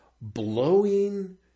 blowing